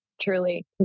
Truly